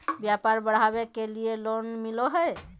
व्यापार बढ़ावे के लिए लोन मिलो है?